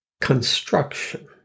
construction